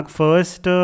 first